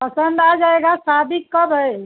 पसंद आ जाएगा शादी कब है